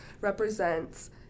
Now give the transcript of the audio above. represents